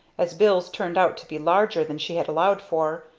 as bills turned out to be larger than she had allowed for,